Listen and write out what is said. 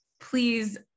please